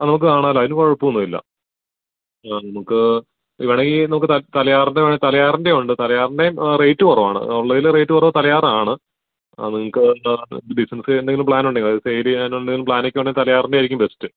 അത് നമുക്ക് കാണാല്ലോ അതിന് കുഴപ്പമൊന്നുമില്ല അ നമുക്ക് വേണങ്കിൽ നമുക്ക് ത തലയാറിന്റെ വേണേൽ തലയറിന്റെ ഉണ്ട് തലയാറിന്റേം റേറ്റ് കുറവാണ് ഉള്ളതിൽ റേറ്റ് കുറവ് തലയാറാണ് അത് നിങ്ങൾക്ക് ത് ബിസ്നെസ്സ് ചെയ്യാനെന്തേലും പ്ലാനൊണ്ടൊ അതായത് സെയില് ചെയ്യാനെന്തേലും പ്ലാനക്കെ ഉണ്ടേൽ തലയാറിന്റെ ആയിരിക്കും ബെസ്റ്റ്